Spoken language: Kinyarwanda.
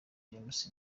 james